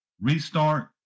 restart